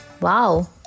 Wow